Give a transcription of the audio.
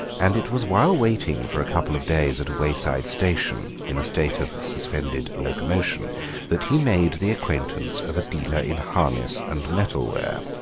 and it was while waiting for a couple of days at a wayside station in a state of suspended locomotion that he made the acquaintance of a dealer in harness and metalware,